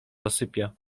zasypia